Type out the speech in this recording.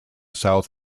south